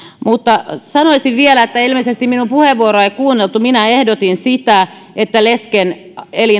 mutta sanoisin vielä että ilmeisesti minun puheenvuoroani ei kuunneltu minä ehdotin sitä että lesken